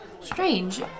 Strange